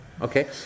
Okay